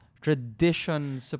tradition